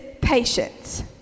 patience